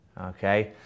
okay